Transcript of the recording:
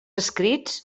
escrits